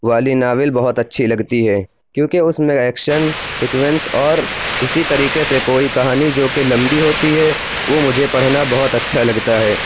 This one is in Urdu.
والی ناول بہت اچھی لگتی ہیں کیوں کہ اُس میں ایکشن سیکوینس اور اِسی طریقے سے کوئی کہانی جو کہ لمبی ہوتی ہے وہ مجھے پڑھنا بہت اچھا لگتا ہے